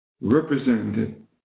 represented